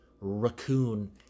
raccoon